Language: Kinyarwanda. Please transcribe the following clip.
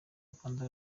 rwanda